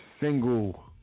single